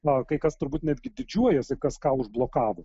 na kai kas turbūt netgi didžiuojasi kas ką užblokavo